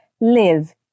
live